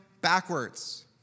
backwards